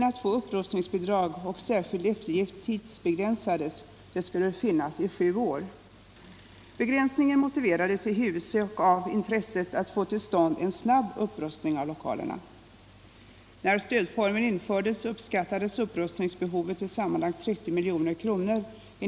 vara större än beräknat.